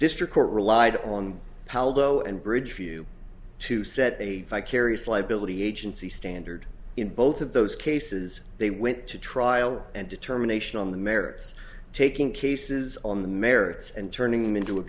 district court relied on pal go and bridge for you to set a vicarious liability agency standard in both of those cases they went to trial and determination on the merits taking cases on the merits and turning them into a